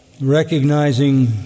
recognizing